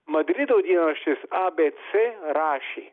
madrido dienraštis abc rašė